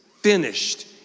finished